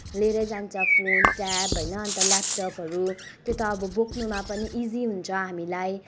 लिएरै जान्छौँ phone tab होइन अन्त ल्यापटपहरू त्यो त अब बोक्नमा पनि इजी हुन्छ हामीलाई